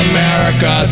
America